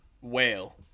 Whale